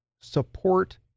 support